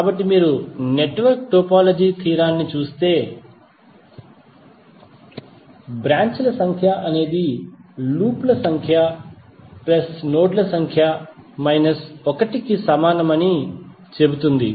కాబట్టి మీరు network topology theorem ను చూస్తే బ్రాంచ్ ల సంఖ్య అనేది లూప్ల సంఖ్య ప్లస్ నోడ్ ల సంఖ్య మైనస్ 1 కు సమానమని చెబుతుంది